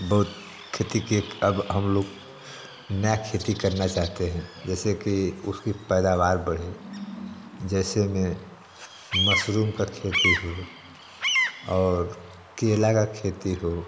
बहुत खेती की एक अब हम लोग नया खेती करना चाहते हैं जैसे कि उसकी पैदावार बढ़े जैसे में मसरूम का खेती हो और केला का खेती हो